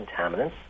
contaminants